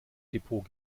depot